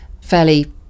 fairly